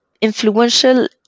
influential